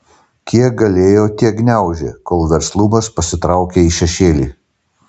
kiek galėjo tiek gniaužė kol verslumas pasitraukė į šešėlį